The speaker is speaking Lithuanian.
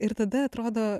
ir tada atrodo